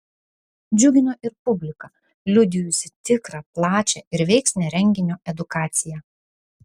džiugino ir publika liudijusi tikrą plačią ir veiksnią renginio edukaciją